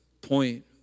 point